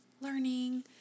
learning